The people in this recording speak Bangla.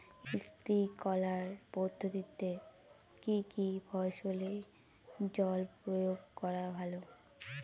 স্প্রিঙ্কলার পদ্ধতিতে কি কী ফসলে জল প্রয়োগ করা ভালো?